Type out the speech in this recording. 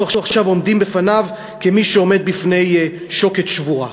עכשיו עומדים בפניו כמי שעומד בפני שוקת שבורה.